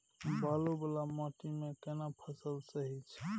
बालू वाला माटी मे केना फसल सही छै?